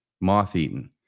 moth-eaten